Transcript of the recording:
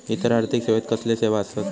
इतर आर्थिक सेवेत कसले सेवा आसत?